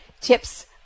tips